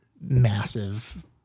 massive